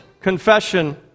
confession